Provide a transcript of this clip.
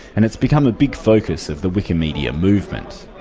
and it's become a big focus of the wikimedia movement.